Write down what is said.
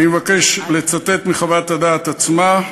אני מבקש לצטט מחוות הדעת עצמה: